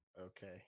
Okay